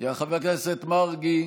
חבר הכנסת מרגי,